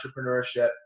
entrepreneurship